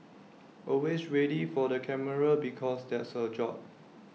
always ready for the camera because that's her job